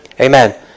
Amen